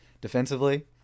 defensively